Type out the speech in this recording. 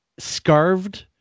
scarved